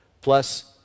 plus